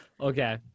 Okay